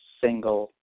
single